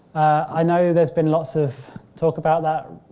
i know there has been lots of talk about that